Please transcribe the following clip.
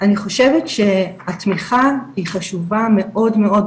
אני חושבת שהתמיכה היא חשובה מאוד מאוד,